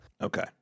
Okay